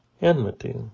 enmity